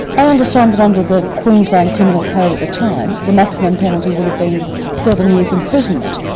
i understand that under the queensland criminal code at the time, the maximum penalty would have been seven years imprisonment.